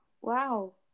wow